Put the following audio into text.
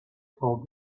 told